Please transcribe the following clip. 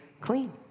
clean